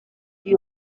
you